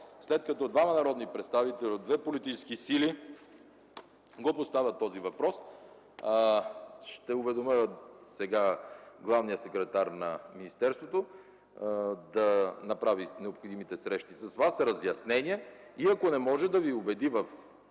след като двама народни представители от две политически сили поставят този въпрос, ще уведомя главния секретар на министерството – да направи необходимите срещи с Вас за разяснения и ако не може да Ви убеди в